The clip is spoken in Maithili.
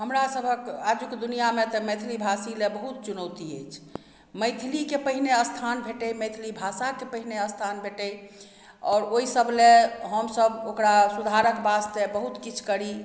हमरा सभक आजुक दुनिआमे तऽ मैथिली भाषी लेल बहुत चुनौती अछि मैथिलीके पहिने स्थान भेटय मैथिली भाषाके पहिने स्थान भेटय आओर ओइ सब लए हम सब ओकरा सुधारक वास्ते बहुत किछु करी